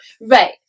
Right